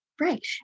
Right